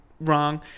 wrong